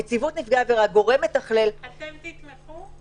נציבות נפגעי עבירה, גורם מתכלל --- אתם תתמכו?